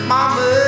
Mama